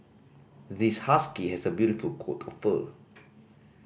this husky has a beautiful coat of fur